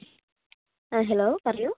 ആ ഹലോ പറയൂ